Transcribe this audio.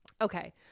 okay